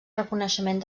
reconeixement